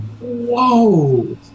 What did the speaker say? Whoa